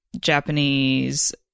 Japanese